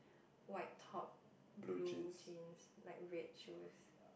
white top blue jeans like red shoes